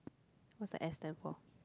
what's the S stand for